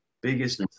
biggest